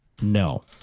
no